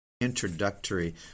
Introductory